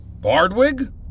Bardwig